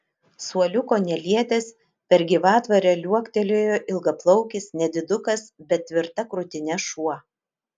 suoliuko nelietęs per gyvatvorę liuoktelėjo ilgaplaukis nedidukas bet tvirta krūtine šuo